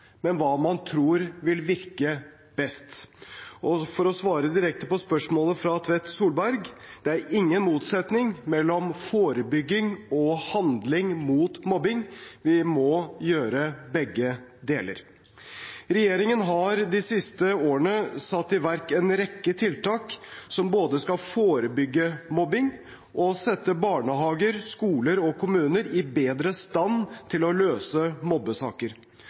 men om hva man tror vil virke best. For å svare direkte på spørsmålet fra representanten Tvedt Solberg: Det er ingen motsetning mellom forebygging og handling mot mobbing, vi må gjøre begge deler. Regjeringen har de siste årene satt i verk en rekke tiltak som skal både forebygge mobbing og sette barnehager, skoler og kommuner i bedre stand til å løse mobbesaker.